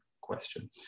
question